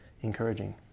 encouraging